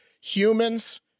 humans